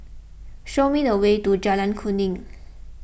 show me the way to Jalan Kuning